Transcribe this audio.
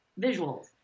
visuals